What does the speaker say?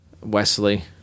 Wesley